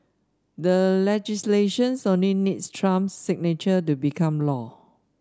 the legislations only needs Trump's signature to become law